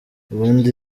ubundi